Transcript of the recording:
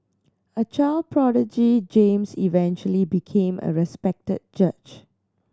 a child prodigy James eventually became a respected judge